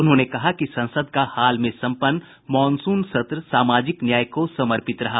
उन्होंने कहा कि संसद का हाल में सम्पन्न मॉनसून सत्र सामाजिक न्याय को समर्पित सत्र रहा